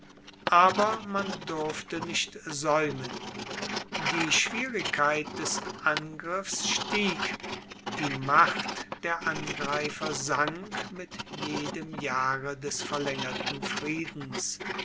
aber man durfte nicht saeumen die schwierigkeit des angriffs stieg die macht der angreifer sank mit jedem jahre des verlaengerten friedens